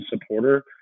supporter